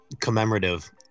commemorative